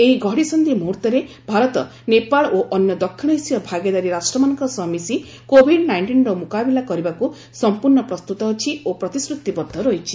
ଏହି ଘଡ଼ିସନ୍ଧି ମୁହର୍ତ୍ତରେ ଭାରତ ନେପାଳ ଓ ଅନ୍ୟ ଦକ୍ଷିଣ ଏସୀୟ ଭାଗିଦାରୀ ରାଷ୍ଟ୍ରମାନଙ୍କ ସହ ମିଶି କୋଭିଡ୍ ନାଇଷ୍ଟିନ୍ର ମୁକାବିଲା କରିବାକୁ ସମ୍ପର୍ଣ୍ଣ ପ୍ରସ୍ତୁତ ଅଛି ଓ ପ୍ରତିଶ୍ରତିବଦ୍ଧ ରହିଛି